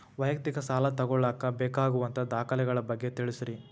ವೈಯಕ್ತಿಕ ಸಾಲ ತಗೋಳಾಕ ಬೇಕಾಗುವಂಥ ದಾಖಲೆಗಳ ಬಗ್ಗೆ ತಿಳಸ್ರಿ